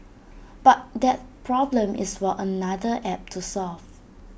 but that problem is for another app to solve